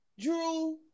Drew